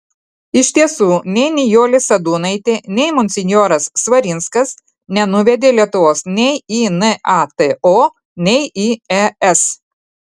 iš tiesų nei nijolė sadūnaitė nei monsinjoras svarinskas nenuvedė lietuvos nei į nato nei į es